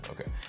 Okay